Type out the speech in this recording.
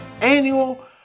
annual